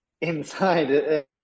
inside